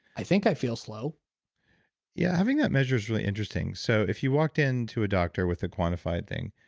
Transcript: i think i feel slow yeah, having that measure is really interesting. so if you walked into a doctor with a quantified thing,